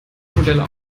modelle